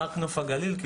זה היה רק לנוף הגליל,